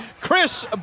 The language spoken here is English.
Chris